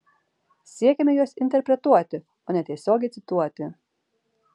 siekiame juos interpretuoti o ne tiesiogiai cituoti